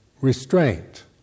restraint